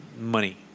money